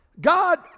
God